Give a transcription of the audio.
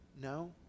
No